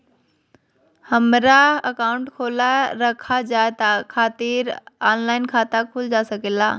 हमारा अकाउंट खोला रखा जाए खातिर ऑनलाइन खाता खुल सके ला?